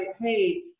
Hey